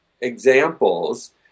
examples